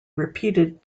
repeated